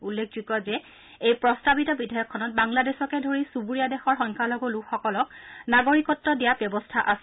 উল্লেখ্যোগ্য যে এই প্ৰস্তাৱিত বিধেয়কখনত বাংলাদেশকে ধৰি চুবুৰীয়া দেশৰ সংখ্যালঘু লোকসকলক নাগৰিকত দিয়াৰ ব্যৱস্থা আছে